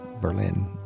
Berlin